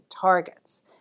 targets